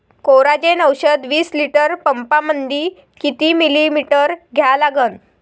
Coragen औषध विस litre पंपामंदी किती मिलीमिटर घ्या लागन?